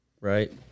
Right